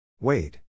Wade